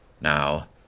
Now